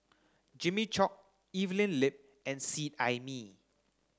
Jimmy Chok Evelyn Lip and Seet Ai Mee